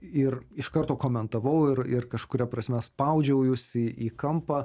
ir iš karto komentavau ir ir kažkuria prasme spaudžiau jus į į kampą